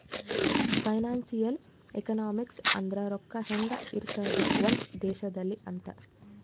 financial economics ಅಂದ್ರ ರೊಕ್ಕ ಹೆಂಗ ಇರ್ತದ ಒಂದ್ ದೇಶದಲ್ಲಿ ಅಂತ